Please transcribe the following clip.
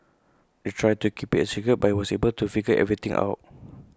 they tried to keep IT A secret but he was able to figure everything out